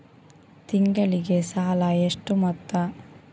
ತಿಂಗಳಿಗೆ ಸಾಲ ಎಷ್ಟು ಮೊತ್ತ?